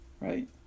right